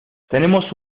tenemos